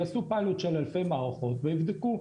יעשו פיילוט של אלפי מערכות ויבדקו.